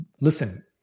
Listen